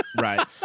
Right